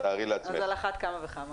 יש פה עוד בקשה מיובל וגנר,